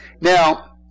Now